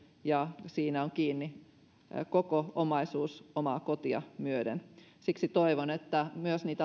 ja siinä on kiinni koko omaisuus omaa kotia myöden siksi toivon myös niitä